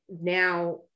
Now